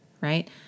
right